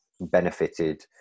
benefited